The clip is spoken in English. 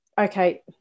okay